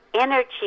energy